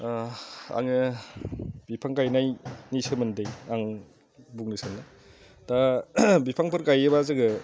आङो बिफां गायनायनि सोमोन्दो आं बुंनो सानो दा बिफांफोर गायोब्ला जोङो